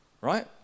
right